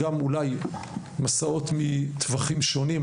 גם אולי מסעות מטווחים שונים.